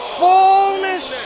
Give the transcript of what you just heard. fullness